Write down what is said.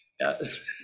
Yes